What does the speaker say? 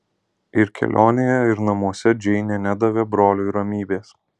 ir kelionėje ir namuose džeinė nedavė broliui ramybės